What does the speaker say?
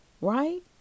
right